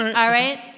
all right,